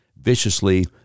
viciously